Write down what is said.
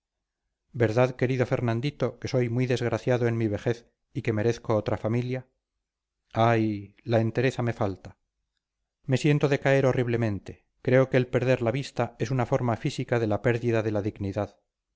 verdad querido fernandito que soy muy desgraciado en mi vejez y que merezco otra familia ay la entereza me falta me siento decaer horriblemente creo que el perder la vista es una forma física de la pérdida de la dignidad